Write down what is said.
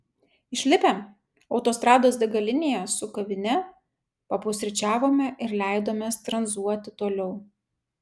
išlipę autostrados degalinėje su kavine papusryčiavome ir leidomės tranzuoti toliau